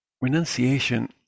renunciation